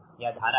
यह धारा है